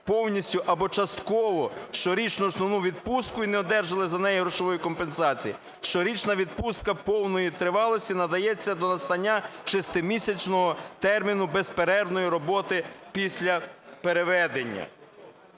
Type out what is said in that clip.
повністю або частково щорічну основну відпустку і не одержали за нею грошової компенсації, щорічна відпустка повної тривалості надається до настання шестимісячного терміну безперервної роботи після переведення.